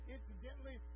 Incidentally